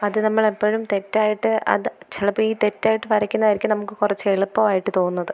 അത് നമ്മൾ എപ്പോഴും തെറ്റായിട്ട് അത് ചിലപ്പം ഈ തെറ്റായിട്ട് വരയ്ക്കുന്നതായിരിക്കും നമുക്ക് കുറച്ചു എളുപ്പമായിട്ട് തോന്നുന്നത്